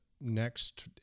next